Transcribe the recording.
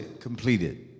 completed